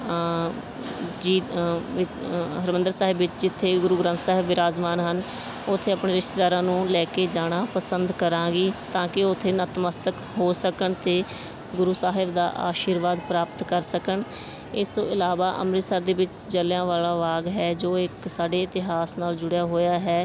ਜੀ ਹਰਿਮੰਦਰ ਸਾਹਿਬ ਵਿੱਚ ਜਿੱਥੇ ਗੁਰੂ ਗ੍ਰੰਥ ਸਾਹਿਬ ਬਿਰਾਜਮਾਨ ਹਨ ਉੱਥੇ ਆਪਣੇ ਰਿਸ਼ਤੇਦਾਰਾਂ ਨੂੰ ਲੈ ਕੇ ਜਾਣਾ ਪਸੰਦ ਕਰਾਂਗੀ ਤਾਂ ਕਿ ਉੱਥੇ ਨਤਮਸਤਕ ਹੋ ਸਕਣ ਅਤੇ ਗੁਰੂ ਸਾਹਿਬ ਦਾ ਆਸ਼ੀਰਵਾਦ ਪ੍ਰਾਪਤ ਕਰ ਸਕਣ ਇਸ ਤੋਂ ਇਲਾਵਾ ਅੰਮ੍ਰਿਤਸਰ ਦੇ ਵਿੱਚ ਜਲ੍ਹਿਆਂਵਾਲਾ ਬਾਗ ਹੈ ਜੋ ਇੱਕ ਸਾਡੇ ਇਤਿਹਾਸ ਨਾਲ ਜੁੜਿਆ ਹੋਇਆ ਹੈ